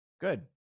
Good